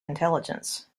intelligence